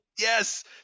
yes